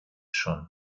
schon